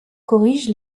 corrige